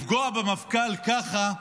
לפגוע במפכ"ל ככה,